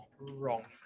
wrong